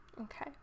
okay